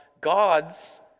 God's